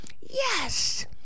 Yes